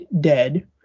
dead